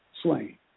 slain